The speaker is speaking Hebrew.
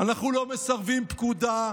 אנחנו לא מסרבים פקודה.